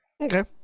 Okay